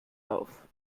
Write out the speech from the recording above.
auf